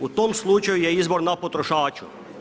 U tom slučaju je izbor na potrošaču.